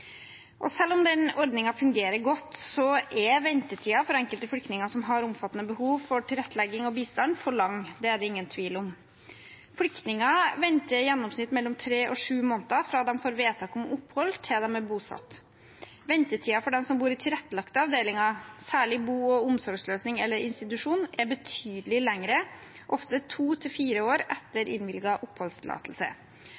Selv om den ordningen fungerer godt, er ventetiden for enkelte flyktninger som har omfattende behov for tilrettelegging og bistand, for lang. Det er det ingen tvil om. Flyktninger venter i gjennomsnitt mellom tre og sju måneder fra de får vedtak om opphold, til de er bosatt. Ventetiden for dem som bor i tilrettelagte avdelinger, særlig bo- og omsorgsløsning eller institusjon, er betydelig lengre, ofte to til fire år